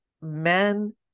men